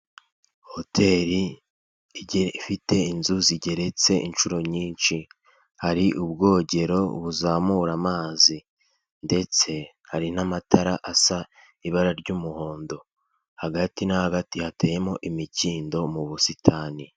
Hoteri igiye ifite inzu zigeretse inshuro nyinshi, hari ubwogero buzamura amazi ndetse hari n'amatara asa ibara ry'umuhondo, hagati na hagati hateyemo imikindo m'ubusitani.